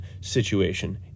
situation